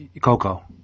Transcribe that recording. Coco